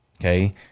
okay